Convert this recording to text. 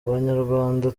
abanyarwanda